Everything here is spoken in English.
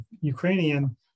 Ukrainian